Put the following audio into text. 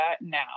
now